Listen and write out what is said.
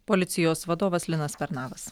policijos vadovas linas pernavas